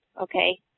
okay